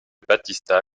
battista